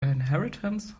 inheritance